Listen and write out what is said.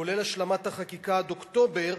כולל השלמת החקיקה עד אוקטובר,